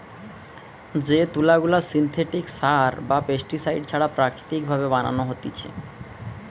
যে তুলা গুলা সিনথেটিক সার বা পেস্টিসাইড ছাড়া প্রাকৃতিক ভাবে বানানো হতিছে